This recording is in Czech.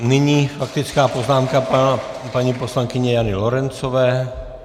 Tak, nyní faktická poznámka paní poslankyně Jany Lorencové.